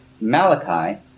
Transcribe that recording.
Malachi